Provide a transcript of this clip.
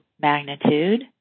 magnitude